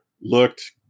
looked